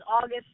August